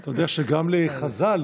אתה יודע שגם לחז"ל,